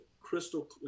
crystal